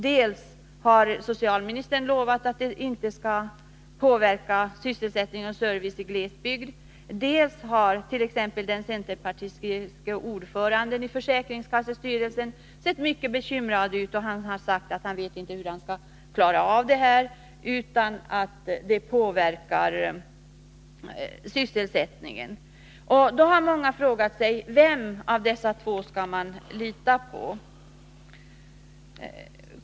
Dels har socialministern lovat att sysselsättning och service i glesbygd inte skall påverkas, dels har den centerpartistiske ordföranden i försäkringskassestyrelsen sett mycket bekymrad ut och sagt att han inte vet hur han skall klara av att genomföra beslutet utan att det påverkar sysselsättningen. Då har många frågat sig: Vem av dessa två skall man lita på?